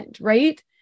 right